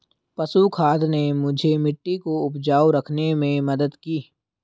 पशु खाद ने मुझे मिट्टी को उपजाऊ रखने में मदद की